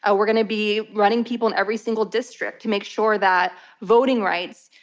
ah we're going to be running people in every single district to make sure that voting rights,